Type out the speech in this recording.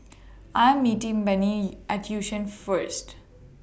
I Am meeting Benny At Yishun First